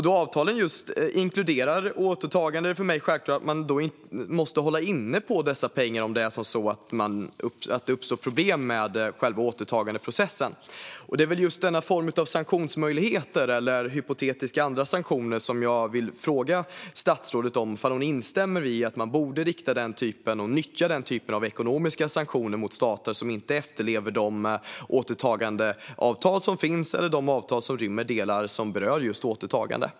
Då avtalen inkluderar återtagande är det för mig självklart att man måste hålla inne med dessa pengar om det uppstår problem med själva återtagandeprocessen. Det är just dessa sanktionsmöjligheter eller hypotetiska andra sanktioner som jag vill fråga statsrådet om. Instämmer hon i att man borde nyttja den typen av ekonomiska sanktioner mot stater som inte efterlever de återtagandeavtal som finns eller de avtal som rymmer delar som berör just återtagande?